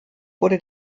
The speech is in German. wurde